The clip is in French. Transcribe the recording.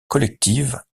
collective